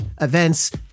events